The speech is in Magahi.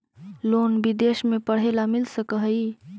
लोन विदेश में पढ़ेला मिल सक हइ?